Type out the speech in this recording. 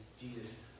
Jesus